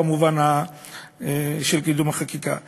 במובן של קידום החקיקה.